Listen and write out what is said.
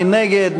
מי נגד?